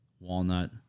Walnut